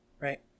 right